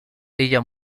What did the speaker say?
ella